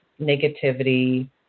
negativity